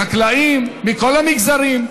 גם של החקלאים מכל המגזרים.